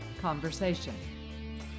conversation